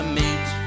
meet